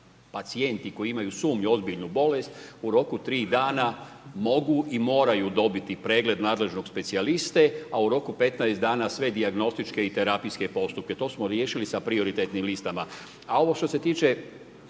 pacijenti koji imaju sumnju u ozbiljnu bolest u roku 3 dana mogu i moraju dobiti pregled nadležnog specijaliste, a u roku 15 dana sve dijagnostičke i terapijske postupke. To smo riješili sa prioritetnim listama. A ovo što se tiče